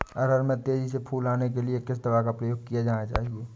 अरहर में तेजी से फूल आने के लिए किस दवा का प्रयोग किया जाना चाहिए?